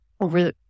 over